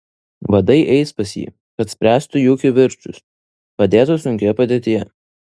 vadai eis pas jį kad spręstų jų kivirčus padėtų sunkioje padėtyje